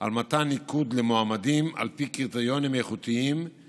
על מתן ניקוד למועמדים על פי קריטריונים של איכות